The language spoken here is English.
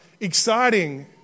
exciting